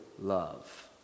love